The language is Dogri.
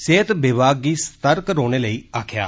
सेहत विभाग गी सतर्क रौहने लेई आक्खेया